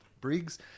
briggs